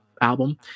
album